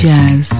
Jazz